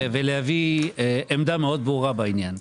ולהביא עמדה מאוד ברורה בעניין.